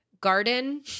garden